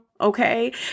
Okay